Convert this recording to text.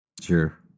Sure